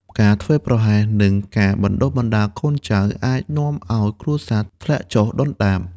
ការប្រហែសនឹងការបណ្ដុះបណ្ដាលកូនចៅ អាចនាំឱ្យគ្រួសារធ្លាក់ចុះដុនដាប។